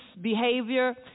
behavior